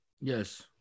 Yes